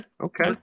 okay